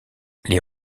les